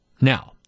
now